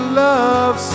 love